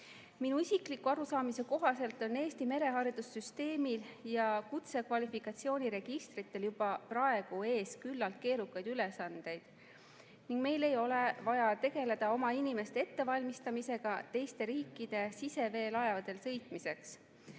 Minu isikliku arusaamise kohaselt on Eesti mereharidussüsteemil ja kutsekvalifikatsiooni registritel juba praegu ees küllalt keerukaid ülesandeid ning meil ei ole vaja tegeleda oma inimeste ettevalmistamisega teiste riikide siseveelaevadel sõitmiseks.